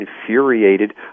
infuriated